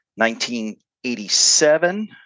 1987